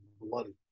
bloody